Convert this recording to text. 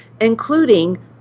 including